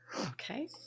Okay